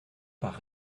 par